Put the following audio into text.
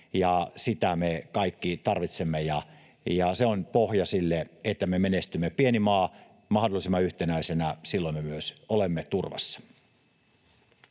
Sitä me kaikki tarvitsemme, ja se on pohja sille, että me menestymme, pieni maa, mahdollisimman yhtenäisenä. Silloin me myös olemme turvassa.